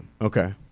Okay